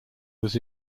was